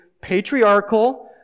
patriarchal